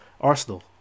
Arsenal